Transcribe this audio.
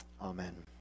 Amen